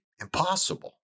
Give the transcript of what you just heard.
impossible